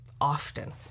Often